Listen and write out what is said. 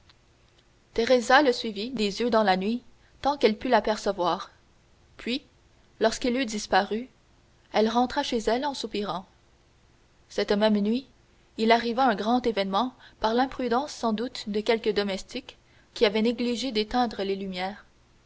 teresa le suivit des yeux dans la nuit tant qu'elle put l'apercevoir puis lorsqu'il eut disparu elle rentra chez elle en soupirant cette même nuit il arriva un grand événement par l'imprudence sans doute de quelque domestique qui avait négligé d'éteindre les lumières